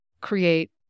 create